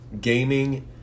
gaming